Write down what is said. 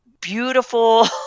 Beautiful